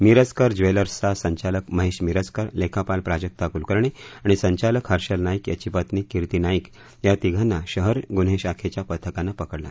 मिरजकर ज्वेलर्सचा संचालक महेश मिरजकर लेखापाल प्राजक्ता कुलकर्णी आणि संचालक हर्षल नाईक याची पत्नी कीर्ती नाईक या तिघांना शहर गुन्हे शाखेच्या पथकानं पकडलं